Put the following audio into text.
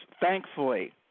thankfully